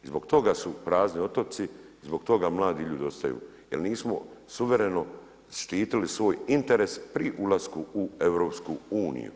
I zbog toga su prazni otoci i zbog toga mladi ljudi ostaju jer nismo suvereno štitili svoj interes pri ulasku u EU.